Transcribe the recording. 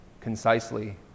concisely